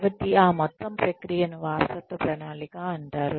కాబట్టి ఆ మొత్తం ప్రక్రియను వారసత్వ ప్రణాళిక అంటారు